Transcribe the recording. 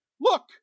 look